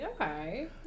Okay